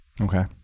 Okay